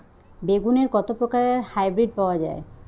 বেগুনের কত প্রকারের হাইব্রীড পাওয়া যায়?